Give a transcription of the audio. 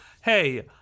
hey